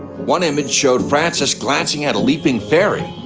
one image showed frances glancing at a leaping fairy.